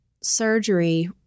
surgery